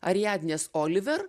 ariadnės oliver